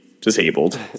disabled